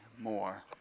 more